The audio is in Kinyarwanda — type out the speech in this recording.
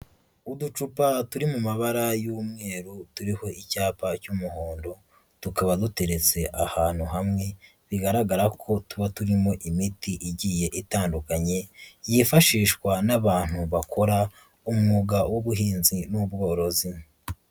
Uducupa turi mu mabara y'umweru turiho icyapa cy'umuhondo, tukaba duteretse ahantu hamwe bigaragara ko tuba turimo imiti igiye itandukanye, yifashishwa n'abantu bakora umwuga w'ubuhinzi n'ubworozi.